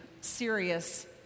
serious